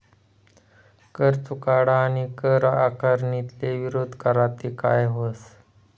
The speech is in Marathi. कर चुकाडा आणि कर आकारणीले विरोध करा ते काय व्हस